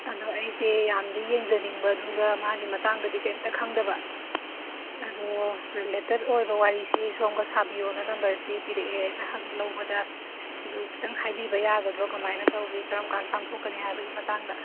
ꯑꯗꯨ ꯑꯩꯁꯦ ꯌꯥꯝꯅꯗꯤ ꯌꯦꯡꯖꯅꯤꯡꯕ ꯑꯗꯨꯒ ꯃꯥꯒꯤ ꯃꯇꯥꯡꯗꯗꯤ ꯀꯔꯤꯝꯇ ꯈꯪꯗꯕ ꯑꯗꯨ ꯔꯤꯂꯦꯇꯦꯗ ꯑꯣꯏꯕ ꯋꯥꯔꯤꯁꯤ ꯁꯣꯝꯒ ꯁꯥꯕꯣꯌꯣꯅ ꯅꯝꯕꯔꯁꯤ ꯄꯤꯔꯛꯑꯦ ꯑꯩꯅ ꯂꯧꯕꯗ ꯑꯗꯨ ꯈꯤꯇꯪ ꯍꯥꯏꯕꯤꯕ ꯌꯥꯒꯗ꯭ꯔꯣ ꯀꯃꯥꯏꯅ ꯇꯧꯏ ꯀꯔꯝ ꯀꯥꯟꯗ ꯄꯥꯡꯊꯣꯛꯀꯅꯤ ꯍꯥꯏꯕꯒꯤ ꯃꯇꯥꯡꯗ